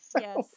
Yes